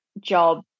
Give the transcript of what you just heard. job